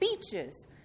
speeches